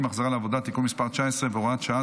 (החזרה לעבודה) (תיקון מס' 19 והוראת שעה),